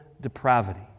depravity